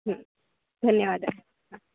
धन्यवादः हा